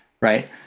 right